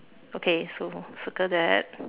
okay so circle that